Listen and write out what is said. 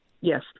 Yes